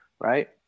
right